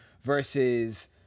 versus